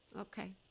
okay